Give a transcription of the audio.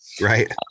Right